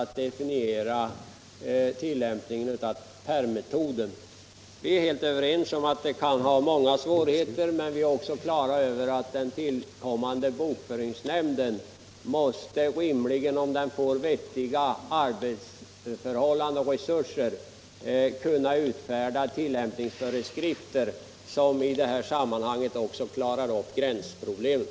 Vi instämmer helt i att många svårigheter kan föreligga, men vi är också på det klara med att den föreslagna bokföringsnämnden, om den får vettiga arbetsförhållanden och resurser, rimligen måste kunna utfärda tillämpningsföreskrifter när det gäller att komma till rätta med gränsdragningsproblemen.